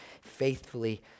faithfully